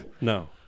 No